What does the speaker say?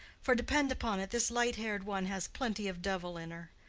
for depend upon it this light-haired one has plenty of devil in her.